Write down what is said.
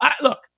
Look